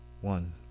one